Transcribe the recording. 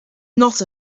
not